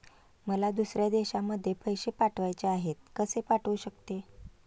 मला दुसऱ्या देशामध्ये पैसे पाठवायचे आहेत कसे पाठवू शकते?